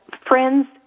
friends